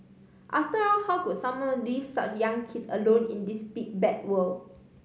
after all how could someone leave such young kids alone in this big bad world